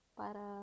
para